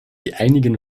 einigen